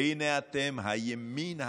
והינה אתם, הימין,